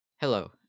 hello